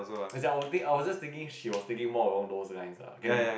as in I was just thinking she was thinking more along those lines lah I can